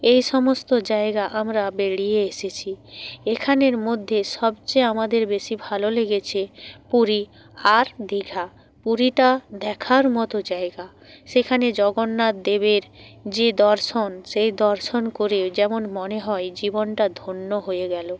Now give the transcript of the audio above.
এই সমস্ত জায়গা আমরা বেড়িয়ে এসেছি এখানের মধ্যে সবচেয়ে আমাদের বেশি ভালো লেগেছে পুরী আর দীঘা পুরীটা দেখার মতো জায়গা সেখানে জগন্নাথ দেবের যে দর্শন সেই দর্শন করে যেমন মনে হয় জীবনটা ধন্য হয়ে গেল